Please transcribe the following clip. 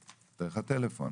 דרך הטלפון.